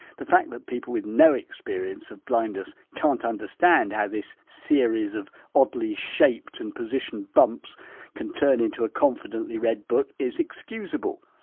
the fact that people with no experience of blindness can't understand how this series of oddly shaped and positioned bumps can turn into a confidently read book is excusable.